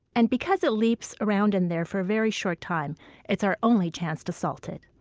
and because it leaps around in there for a very short time it's our only chance to salt it.